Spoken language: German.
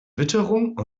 witterung